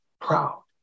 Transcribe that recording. proud